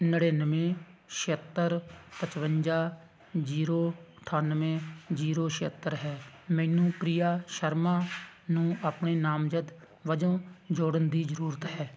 ਨੜ੍ਹਿਨਵੇਂ ਛਿਹੱਤਰ ਪਚਵੰਜਾ ਜੀਰੋ ਅਠਾਨਵੇਂ ਜੀਰੋ ਛਿਹੱਤਰ ਹੈ ਮੈਨੂੰ ਕ੍ਰਿਆ ਸ਼ਰਮਾ ਨੂੰ ਆਪਣੇ ਨਾਮਜ਼ਦ ਵਜੋਂ ਜੋੜਨ ਦੀ ਜ਼ਰੂਰਤ ਹੈ